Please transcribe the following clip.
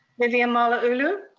vivian malauulu?